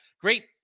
great